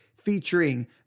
Featuring